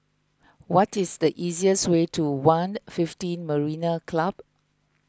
what is the easiest way to one fifteen Marina Club